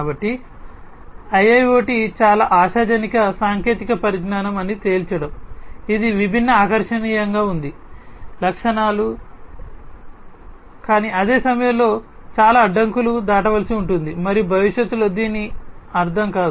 కాబట్టి IIoT చాలా ఆశాజనక సాంకేతిక పరిజ్ఞానం అని తేల్చడం ఇది విభిన్న ఆకర్షణీయంగా ఉంది లక్షణాలు కానీ అదే సమయంలో చాలా అడ్డంకులు దాటవలసి ఉంటుంది మరియు భవిష్యత్తులో దీని అర్థం కాదు